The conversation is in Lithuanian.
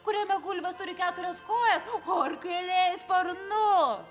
kuriame gulbės turi keturias kojas o arkliai sparnus